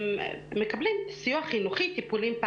הם מקבלים סיוע חינוכי טיפולי,